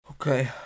Okay